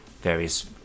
various